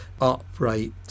Upright